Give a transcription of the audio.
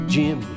Jim